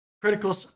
Critical